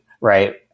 right